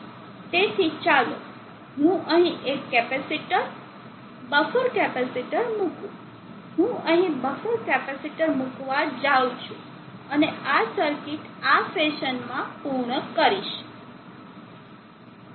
તેથી ચાલો હું અહીં એક કેપેસિટર બફર કેપેસિટર મૂકું હું અહીં બફર કેપેસિટર મૂકવા જાઉં છું અને આ સર્કિટ આ ફેશનમાં પૂર્ણ કરીશ